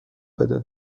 بده